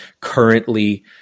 currently